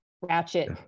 Ratchet